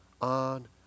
on